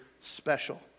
special